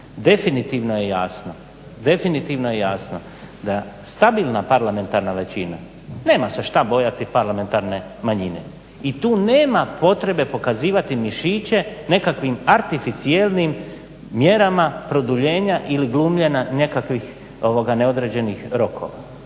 razumijevanja. Definitivno je jasno da stabilna parlamentarna većina nema se šta bojati parlamentarne manjine i tu nema potrebe pokazivati mišiće nekakvim artificijelnim mjerama produljenja ili glumljenja nekakvih neodređenih rokova,